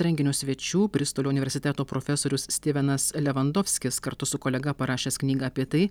renginio svečių bristolio universiteto profesorius stivenas levandofskis kartu su kolega parašęs knygą apie tai